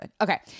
Okay